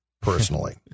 personally